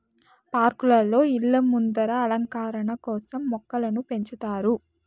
పార్కులలో, ఇళ్ళ ముందర అలంకరణ కోసం మొక్కలను పెంచుతారు